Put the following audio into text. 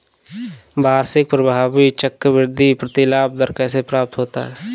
वार्षिक प्रभावी चक्रवृद्धि प्रतिलाभ दर कैसे प्राप्त होता है?